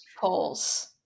polls